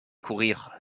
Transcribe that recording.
courir